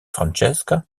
francesca